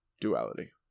Duality